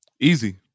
Easy